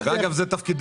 יום, ואגב זה תפקידנו.